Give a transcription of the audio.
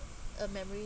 a memory